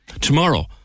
tomorrow